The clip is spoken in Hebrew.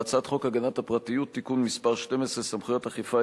בהצעת חוק הגנת הפרטיות (תיקון מס' 12) (סמכויות אכיפה),